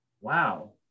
wow